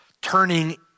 turning